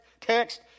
text